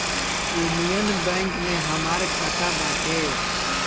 union Bank में हमार खाता बाटे